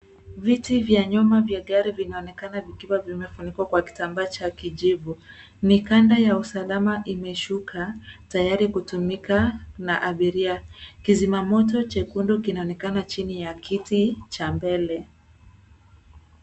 Viti vya nyuma vya gari vinaonekana vikiwa vimefunikwa kwa kitambaa cha kijivu. Mikanda ya usalama imeshuka, tayari kutumika na abiria. Kizimamoto chekundu kinaonekana chini ya kiti cha mbele.